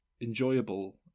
enjoyable